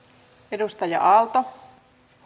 arvoisa rouva